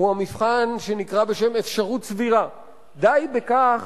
המבחן שנקרא בשם "אפשרות סבירה"; די בכך